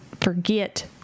forget